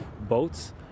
boats